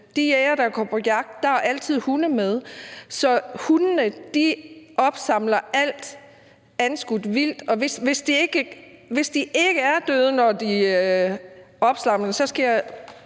de jægere, der går på jagt, er der altid hunde med, og hundene opsamler alt anskudt vildt, og hvis fuglene ikke er døde, når de bliver opsamlet, så sørger